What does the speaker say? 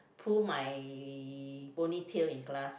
pull my ponytail in class